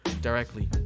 directly